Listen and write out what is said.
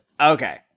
Okay